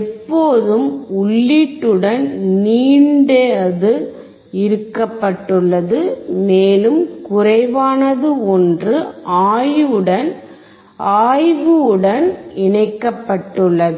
எப்போதும் உள்ளீட்டுடன் நீண்டது இணைக்கப்பட்டுள்ளது மேலும் குறைவானது ஒன்று ஆய்வுடன் இணைக்கப்பட்டுள்ளது